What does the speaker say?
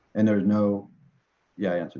and there is no yeah i answered